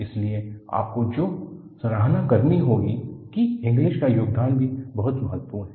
इसलिए आपको जो सराहना करनी होगी कि इंगलिस का योगदान भी बहुत महत्वपूर्ण है